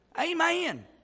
Amen